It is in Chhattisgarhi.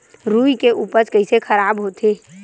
रुई के उपज कइसे खराब होथे?